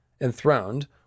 enthroned